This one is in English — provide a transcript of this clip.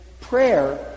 prayer